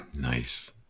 Nice